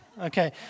Okay